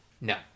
No